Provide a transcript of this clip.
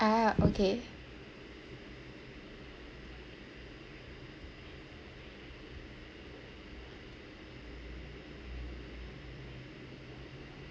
ah okay